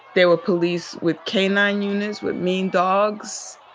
there were police with k nine units with mean dogs.